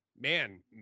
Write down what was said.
Man